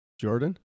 Jordan